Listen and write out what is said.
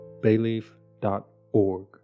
bayleaf.org